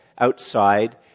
outside